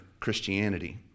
Christianity